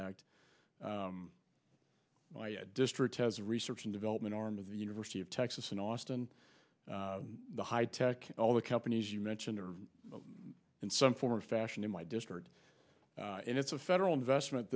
act my district has a research and development arm of the university of texas in austin the high tech all the companies you mentioned are in some form or fashion in my district and it's a federal investment